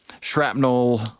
shrapnel